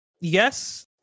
Yes